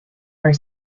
are